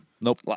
Nope